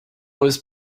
was